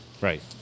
Right